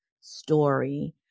story